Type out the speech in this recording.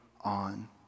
on